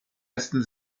ersten